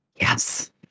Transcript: yes